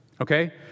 Okay